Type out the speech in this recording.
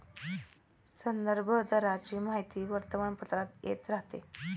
संदर्भ दराची माहिती वर्तमानपत्रात येत राहते